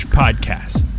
podcast